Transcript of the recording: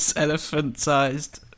elephant-sized